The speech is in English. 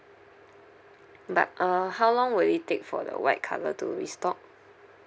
but uh how long will it take for the white colour to restock